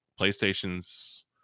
PlayStation's